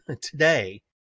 today